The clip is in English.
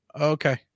Okay